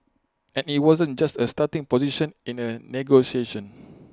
and IT wasn't just A starting position in A negotiation